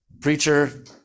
preacher